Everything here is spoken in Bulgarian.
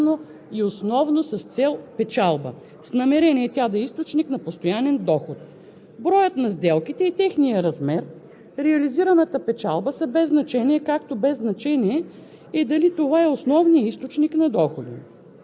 Терминът „по занятие“ е обективен белег, който не зависи от субективното отношение на правните субекти. Сделките трябва да се извършват системно, постоянно и основно с цел печалба, с намерението тя да е източник на постоянен доход.